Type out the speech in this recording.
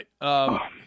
right